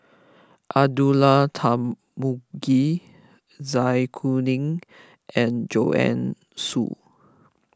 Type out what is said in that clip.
Abdullah Tarmugi Zai Kuning and Joanne Soo